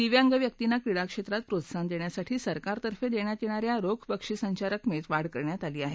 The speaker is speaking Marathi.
दिव्यांग व्यक्तींना क्रीडा क्षेत्रात प्रोत्साहन देण्यासाठी सरकारतर्फे देण्यात येणा या रोख बक्षिसांच्या रकमेत वाढ करण्यात आली आहे